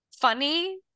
funny